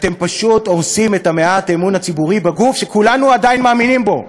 אתם פשוט הורסים את מעט האמון הציבורי בגוף שכולנו עדיין מאמינים בו,